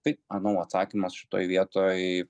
tai manau atsakymas šitoj vietoj